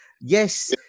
yes